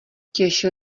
těšil